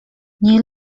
nie